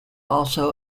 also